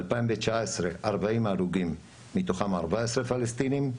ב-2019 40 הרוגים, מתוכם 14 פלסטינים,